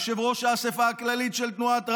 יושב-ראש האספה הכללית של תנועת רע"מ,